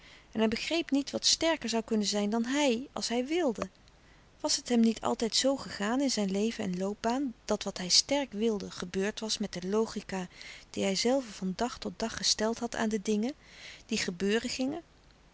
en hij begreep niet wat sterker zoû kunnen zijn dan hij als hij wilde was het hem niet altijd zoo gegaan in zijn leven en loopbaan dat wat hij sterk wilde gebeurd was met de logica die hijzelve van dag tot dag gesteld had aan de dingen die gebeuren gingen